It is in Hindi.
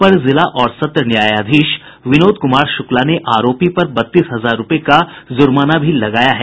अपर जिला और सत्र न्यायाधीश विनोद कुमार शुक्ला ने आरोपी पर बत्तीस हजार रूपये का जुर्माना भी लगाया है